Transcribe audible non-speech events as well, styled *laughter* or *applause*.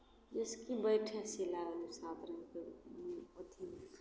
जाहिसँ कि बैठय सिलाइ *unintelligible*